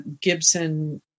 Gibson